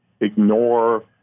ignore